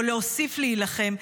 או להוסיף להילחם,